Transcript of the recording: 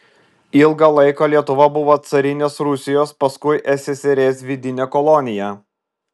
ilgą laiką lietuva buvo carinės rusijos paskui ssrs vidine kolonija